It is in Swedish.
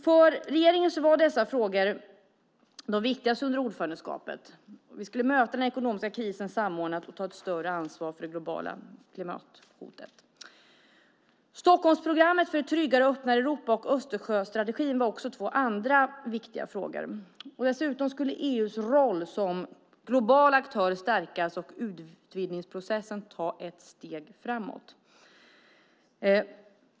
För regeringen var dessa frågor de viktigaste under ordförandeskapet. Vi skulle möta den ekonomiska krisen samordnat och ta ett större ansvar för det globala klimathotet. Stockholmsprogrammet för ett tryggare och öppnare Europa och Östersjöstrategin var två andra viktiga frågor. Dessutom skulle EU:s roll som global aktör stärkas och utvidgningsprocessen ta ett steg framåt.